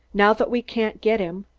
now that we can't get him,